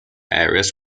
areas